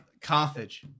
Carthage